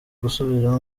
gusubira